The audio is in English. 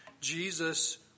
Jesus